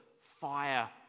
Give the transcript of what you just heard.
fire